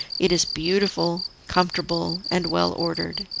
it is beautiful, comfortable and well ordered,